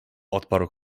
odparł